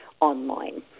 online